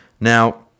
Now